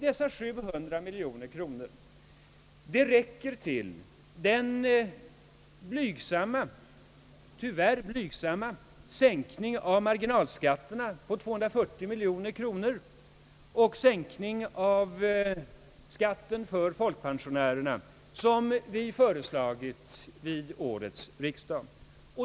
Dessa 700 miljoner kronor räcker till den — tyvärr blygsamma sänkning av marginalskatterna på 240 miljoner kronor och sänkning av skatten för folkpensionärerna som vi föreslagit vid årets riksdag.